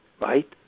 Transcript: Right